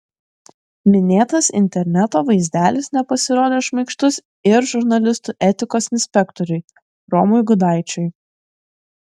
minėtas interneto vaizdelis nepasirodė šmaikštus ir žurnalistų etikos inspektoriui romui gudaičiui